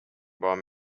bomb